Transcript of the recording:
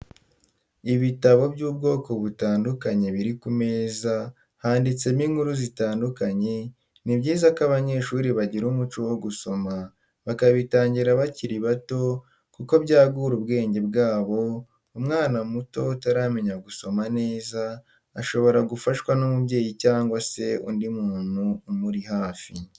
Ibitabo by'ubwoko butandukanye biri ku meza handitsemo inkuru zitandukanye, ni byiza ko abanyeshuri bagira umuco wo gusoma bakabitangira bakiri bato kuko byagura ubwenge bwabo, umwana muto utaramenya gusoma neza shobora gufashwa n'umubyeyi cyangwa se undi muntu umuri hafi.